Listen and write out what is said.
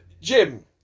Jim